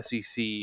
sec